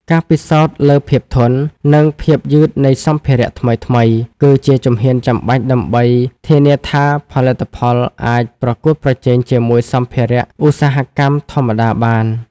ការពិសោធន៍លើភាពធន់ និងភាពយឺតនៃសម្ភារៈថ្មីៗ គឺជាជំហានចាំបាច់ដើម្បីធានាថាផលិតផលអាចប្រកួតប្រជែងជាមួយសម្ភារៈឧស្សាហកម្មធម្មតាបាន។